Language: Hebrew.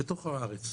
בתוך הארץ.